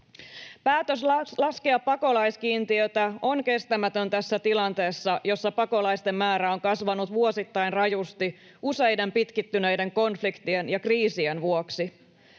Päätös laskea pakolaiskiintiötä on kestämätön tässä tilanteessa, jossa pakolaisten määrä on kasvanut vuosittain rajusti useiden pitkittyneiden konfliktien ja kriisien vuoksi.